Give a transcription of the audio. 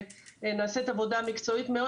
ונעשית עבודה מקצועית מאוד,